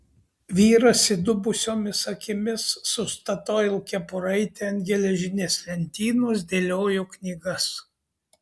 vyras įdubusiomis akimis su statoil kepuraite ant geležinės lentynos dėliojo knygas